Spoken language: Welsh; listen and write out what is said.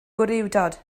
gwrywdod